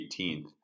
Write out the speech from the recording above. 18th